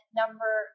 number